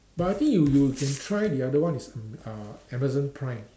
but I think you you can try the other one is um uh Amazon prime